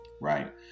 Right